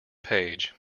page